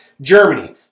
Germany